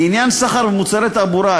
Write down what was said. לעניין סחר במוצרי תעבורה,